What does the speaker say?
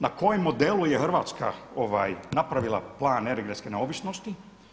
Na kojem modelu je Hrvatska napravila plan energetske neovisnosti?